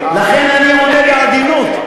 לכן אני עונה בעדינות,